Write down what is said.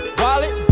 wallet